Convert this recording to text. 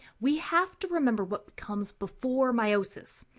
we have to remember what comes before meiosis.